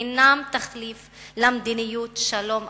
אינם תחליף למדיניות שלום אמיתית.